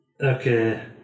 okay